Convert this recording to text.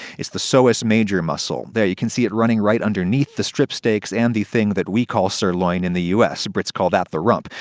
it's the psoas major muscle. there, you can see it running right underneath the strip steaks and the thing that we call sirloin in the u s. brits call that the rump.